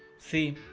see.